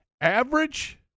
average